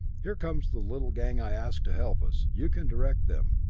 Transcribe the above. here comes the little gang i asked to help us. you can direct them.